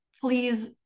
please